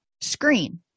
Screen